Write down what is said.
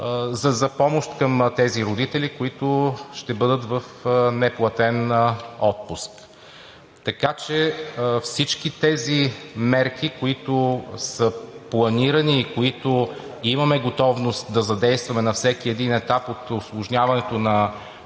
за помощ към тези родители, които ще бъдат в неплатен отпуск. Така че всички тези мерки, които са планирани и които имаме готовност да задействаме на всеки един етап от усложняването на